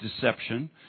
deception